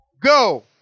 Go